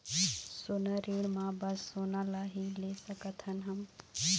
सोना ऋण मा बस सोना ला ही ले सकत हन हम?